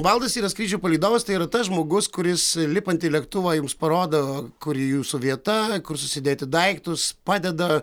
valdas yra skrydžių palydovas tai yra tas žmogus kuris lipant į lėktuvą jums parodo kur jūsų vieta kur susidėti daiktus padeda